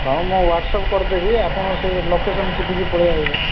ହଁ ମୁଁ ହ୍ୱାଟ୍ସଅପ୍ କରିଦେବି ଆପଣ ସେଇ ଲୋକେସନ୍ ସେଠିକି ପଳେଇ ଆଇବେ